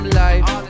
life